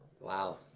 Wow